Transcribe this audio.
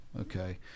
okay